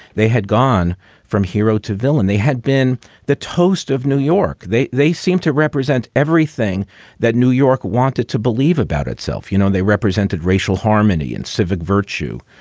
they had gone from hero to villain they had been the toast of new york. they they seemed to represent everything that new york wanted to believe about itself. you know, they represented racial harmony and civic virtue,